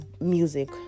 music